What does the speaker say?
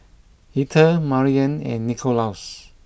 Etha Mariann and Nicholaus